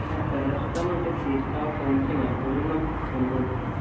হ্যাঁ প্যারাসিটামল তো খেয়েছি তাও কমছে না তো ওই জন্য ফোন করছি